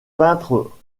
peintre